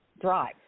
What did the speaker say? drive